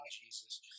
Jesus